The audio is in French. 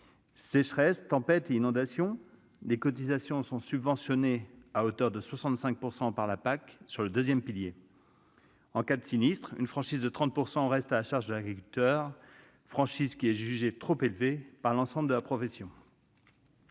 sécheresses, tempêtes et inondations. Les cotisations sont subventionnées à hauteur de 65 % par la PAC, sur le deuxième pilier. En cas de sinistre, une franchise de 30 % reste à la charge de l'agriculteur, franchise jugée trop élevée par l'ensemble de la profession.